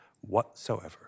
whatsoever